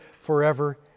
forever